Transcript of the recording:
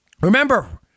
Remember